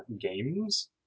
games